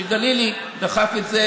וגלילי דחף את זה.